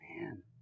Man